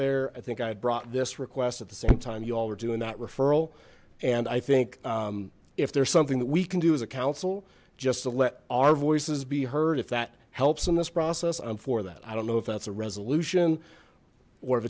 there i think i'd brought this request at the same time you all were doing that referral and i think if there's something that we can do as a council just to let our voices be heard if that helps in this process i'm for that i don't know if that's a resolution or if